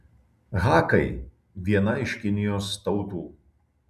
hakai viena iš kinijos tautų